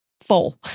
Full